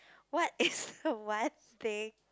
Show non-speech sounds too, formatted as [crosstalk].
what [laughs] is the one thing